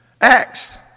Acts